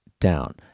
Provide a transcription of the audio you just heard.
down